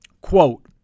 Quote